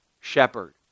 shepherd